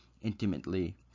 intimately